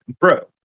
Bro